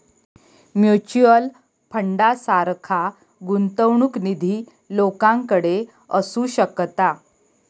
mutual फंडासारखा गुंतवणूक निधी लोकांकडे असू शकता